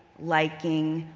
liking,